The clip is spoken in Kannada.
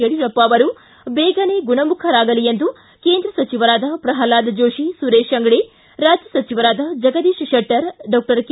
ಯಡಿಯೂರಪ್ಪ ಅವರು ದೇಗನೆ ಗುಣಮುಖರಾಗಲೆಂದು ಕೇಂದ್ರ ಸಚಿವರಾದ ಪ್ರಹ್ಲಾದ್ ಜೋತಿ ಸುರೇತ್ ಅಂಗಡಿ ರಾಜ್ಯ ಸಚಿವರಾದ ಜಗದೀಶ್ ಶೆಟ್ಟರ್ ಡಾಕ್ಷರ್ ಕೆ